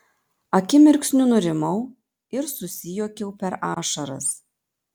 akimirksniu nurimau ir susijuokiau per ašaras